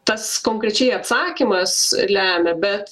tas konkrečiai atsakymas lemia bet